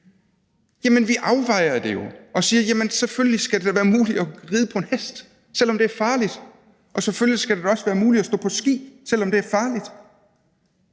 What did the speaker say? Jamen vi afvejer det jo og siger: Jamen selvfølgelig skal det da være muligt at ride på en hest, selv om det er farligt, og selvfølgelig skal det da også være muligt at stå på ski, selv om det er farligt.